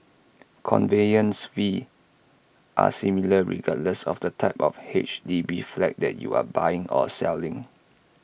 conveyance fees are similar regardless of the type of H D B flat that you are buying or selling